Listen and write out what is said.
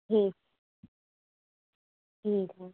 ठीक ठीक है